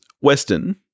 Weston-